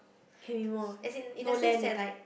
can be more no land eh